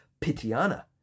Pitiana